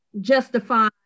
justify